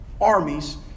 armies